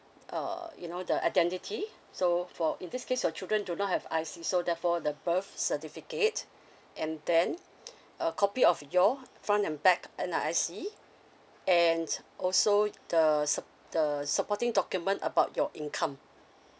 uh you know the identity so for in this case your children do not have I_C so therefore the birth certificate and then a copy of your front and back N_R_I_C and also the sup~ the supporting document about your income